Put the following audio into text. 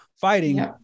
fighting